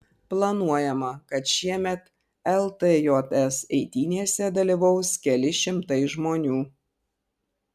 planuojama kad šiemet ltjs eitynėse dalyvaus keli šimtai žmonių